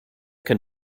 can